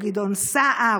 או גדעון סער,